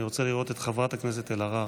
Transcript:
אני רוצה לראות את חברת הכנסת אלהרר.